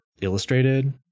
illustrated